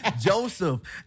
Joseph